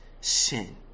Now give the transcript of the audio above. sin